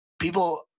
People